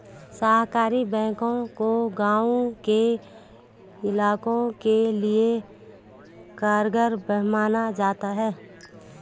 सहकारी बैंकों को गांव के इलाकों के लिये कारगर माना जाता है